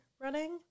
running